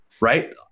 right